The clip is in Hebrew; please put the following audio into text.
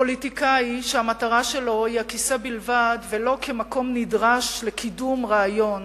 פוליטיקאי שהמטרה שלו היא הכיסא בלבד ולא כמקום נדרש לקידום רעיון,